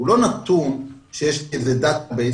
זה לא נתון שיש איזה דאטה בייס